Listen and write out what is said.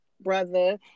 brother